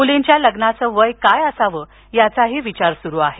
मुलींच्या लग्नाचं वय काय असावं याचाही विचार सुरु आहे